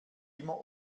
immer